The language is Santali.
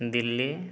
ᱫᱤᱞᱞᱤ